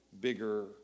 bigger